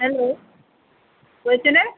hello গৈছেনে